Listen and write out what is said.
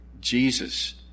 Jesus